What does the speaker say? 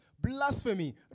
blasphemy